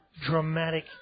dramatic